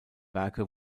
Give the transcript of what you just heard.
werke